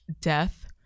death